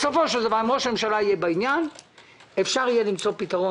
בסופו של דבר אם ראש הממשלה יהיה בעניין אפשר יהיה למצוא פתרון,